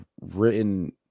written